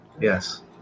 Yes